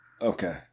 okay